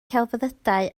celfyddydau